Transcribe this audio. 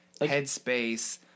headspace